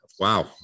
Wow